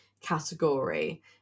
category